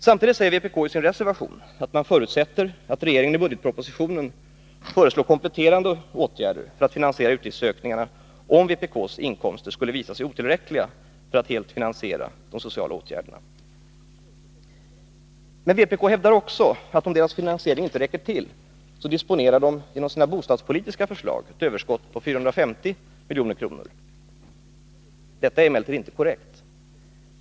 Samtidigt säger vpk i sin reservation att man förutsätter att regeringen i budgetpropositionen föreslår kompletterande åtgärder för att finansiera utgiftsökningarna, om vpk:s inkomster skulle visa sig otillräckliga för att helt finansiera de sociala åtgärderna. Vpk hävdar också att om deras finansiering inte räcker till, så disponerar de genom sina bostadspolitiska förslag ett överskott på 450 milj.kr. Detta är emellertid inte korrekt.